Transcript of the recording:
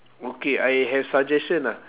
okay I have suggestion ah